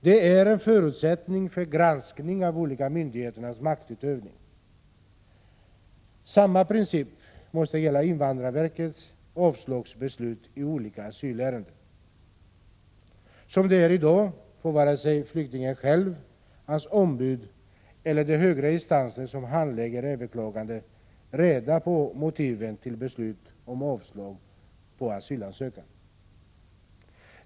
Det är en förutsättning för granskning av olika myndigheters maktutövning. Samma princip måste gälla invandrarverkets avslagsbeslut i olika asylärenden. Som det är i dag får vare sig flyktingen själv, hans ombud eller de högre instanser som handlägger överklaganden reda på motiven till beslut om avslag på asylansökan.